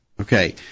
Okay